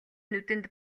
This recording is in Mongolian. нүдэнд